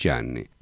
anni